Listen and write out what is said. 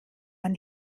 man